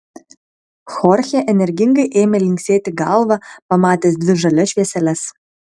chorchė energingai ėmė linksėti galva pamatęs dvi žalias švieseles